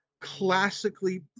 classically